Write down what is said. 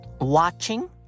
watching